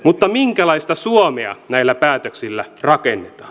mutta minkälaista suomea näillä päätöksillä rakennetaan